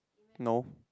no